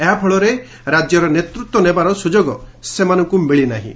ଏହାଫଳରେ ରାଜ୍ୟର ନେତୃତ୍ୱ ନେବାର ସୁଯୋଗ ସେମାନଙ୍କୁ ମିଳି ନାହିଁ